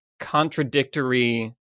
contradictory